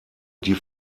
die